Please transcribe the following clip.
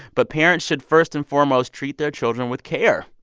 but parents should first and foremost treat their children with care.